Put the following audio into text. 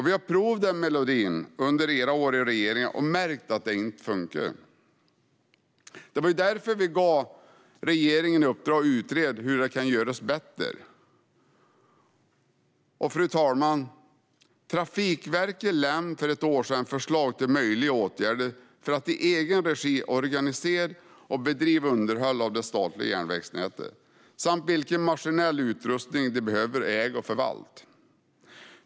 Vi har provat den melodin under era år i regeringen och märkt att det inte fungerar. Det var därför vi gav regeringen i uppdrag att utreda hur det kan göras bättre. Fru talman! Trafikverket lämnade för ett år sedan förslag om möjliga åtgärder för att i egen regi organisera och bedriva underhåll av det statliga järnvägsnätet samt om vilken maskinell utrustning de behöver äga och förvalta.